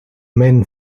men